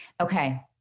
Okay